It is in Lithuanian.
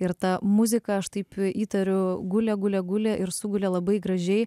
ir ta muzika aš taip įtariu gulė gulė gulė ir sugulė labai gražiai